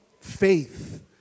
Faith